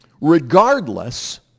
regardless